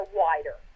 wider